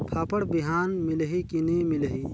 फाफण बिहान मिलही की नी मिलही?